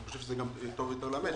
אני חושב שזה גם טוב יותר למשק.